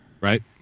right